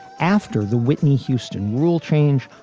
after the whitney houston rule change,